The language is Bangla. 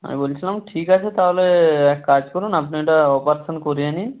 আমি বলছিলাম ঠিক আছে তাহলে এক কাজ করুন আপনি এটা অপারেশন করিয়ে নিন